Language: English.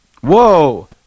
Whoa